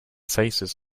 faces